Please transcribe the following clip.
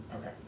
Okay